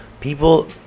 people